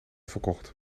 verkocht